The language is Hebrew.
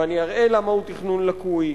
ואני אראה למה הוא תכנון לקוי.